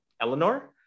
Eleanor